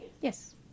Yes